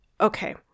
okay